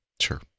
Sure